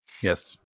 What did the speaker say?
yes